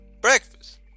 breakfast